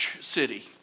city